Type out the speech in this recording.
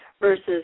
versus